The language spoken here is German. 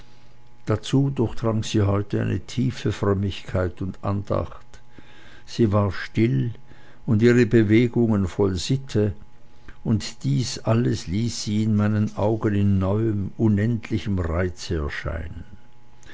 dazu durchdrang sie heut eine tiefe frömmigkeit und andacht sie war still und ihre bewegungen voll sitte und dieses alles ließ sie in meinen augen in neuem unendlichem reize erscheinen